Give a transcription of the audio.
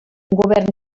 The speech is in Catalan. govern